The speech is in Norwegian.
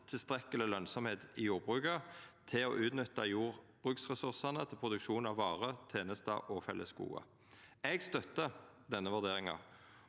tilstrekkeleg lønsemd i jordbruket til å utnytta jordbruksresursane til produksjon av varer, tenester og fellesgode. Eg støttar denne vurderinga